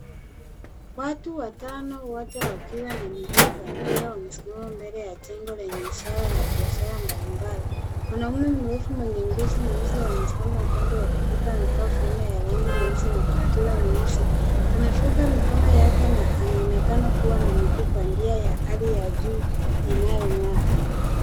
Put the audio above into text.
Watu watano wote wakiwa na miguu bandia wamesimama mbele ya jengo lenye ishara ya biashara mbalimbali. Mwanamume mrefu mwenye ngozi nyeusi amesimama kwenye upande wa kushoto amevaa fulana ya rangi nyeusi na kaptura nyeusi. Amefunga mikono yake na anaonekana kuwa na miguu ya bandia ya hali ya juu inayong'aa.